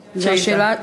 שאילתה.